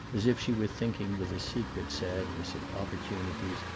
as if she were thinking with a secret sadness of opportunities,